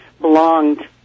belonged